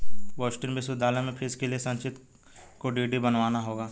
Boston विश्वविद्यालय में fees के लिए संचित को डी.डी बनवाना होगा